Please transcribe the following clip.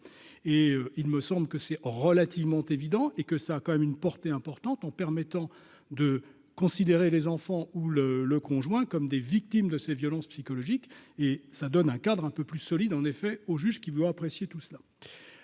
et il me semble que c'est relativement évident et que ça a quand même une portée importante en permettant de considérer les enfants ou le le conjoint comme des victimes de ces violences psychologiques et ça donne un cadre un peu plus solide en effet au juge qui veut apprécier tout cela,